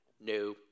No